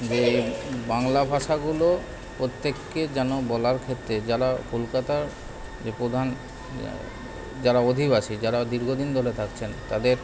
যে বাংলা ভাষাগুলো প্রত্যেককে যেন বলার ক্ষেত্রে যারা কলকাতার যে প্রধান যা যারা অধিবাসী যারা দীর্ঘদিন ধরে থাকছেন তাদের